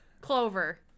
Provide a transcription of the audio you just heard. Clover